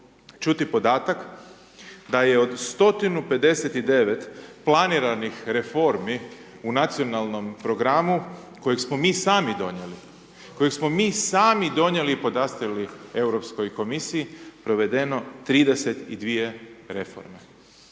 čuti podatak da je od 159 planiranih reformi u Nacionalnom programu kojeg smo mi sami donijeli, kojeg smo mi sami donijeli i podastrijeli Europskoj komisiji, provedeno 32 reforme.